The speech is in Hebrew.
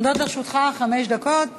עומדות לרשותך חמש דקות